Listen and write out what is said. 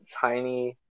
tiny